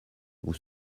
vous